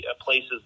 places